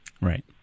right